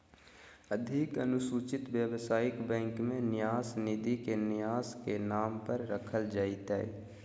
अधिक अनुसूचित व्यवसायिक बैंक में न्यास निधि के न्यास के नाम पर रखल जयतय